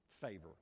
Favor